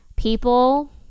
people